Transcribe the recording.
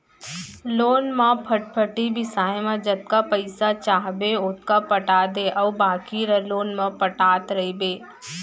loan म फटफटी बिसाए म जतका पइसा चाहबे ओतका पटा दे अउ बाकी ल लोन म पटात रइबे